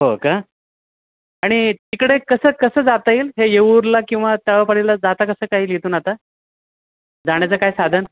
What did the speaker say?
हो का आणि तिकडे कसं कसं जाता येईल हे येऊरला किंवा तलावपाळीला जाता कसं काय येईल इथून आता जाण्याचं काय साधन